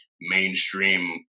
mainstream